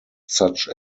such